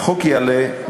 החוק יעלה,